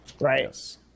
Right